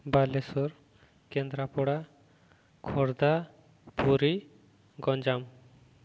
Balasore Kendrapara Khordha Puri Ganjam